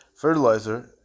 fertilizer